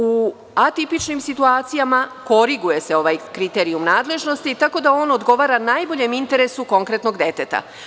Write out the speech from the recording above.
U atipičnim situacijama koriguje se ovaj princip nadležnosti tako da on odgovara najboljem interesu konkretnog deteta.